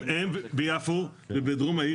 ביפו ובדרום העיר,